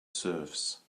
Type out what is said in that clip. surfs